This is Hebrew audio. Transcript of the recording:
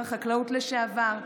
שר החקלאות לשעבר,